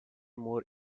more